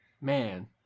man